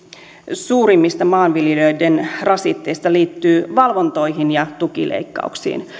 suurimmista maanviljelijöiden rasitteista liittyy valvontoihin ja tukileikkauksiin